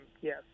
Yes